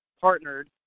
partnered